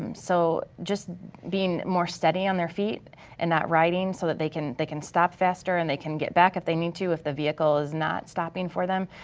um so just being more steady on their feet and not riding so that they can they can stop faster and they can get back if they need to if the vehicle is not stopping for them.